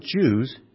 Jews